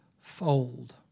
fold